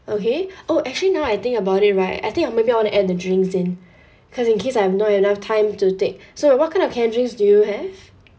okay oh actually now I think about it right I think I maybe want to add the drinks in cause in case I have not enough time to take sorry what kind of canned drinks do you have